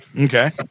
Okay